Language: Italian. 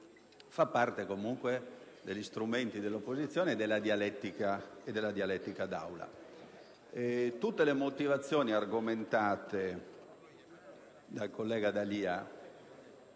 fa parte comunque degli strumenti dell'opposizione e della dialettica parlamentare. Le motivazioni argomentate dal collega D'Alia